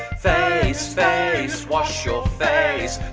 face, face, wash your face.